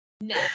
No